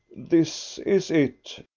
this is it,